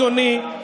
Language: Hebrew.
אדוני,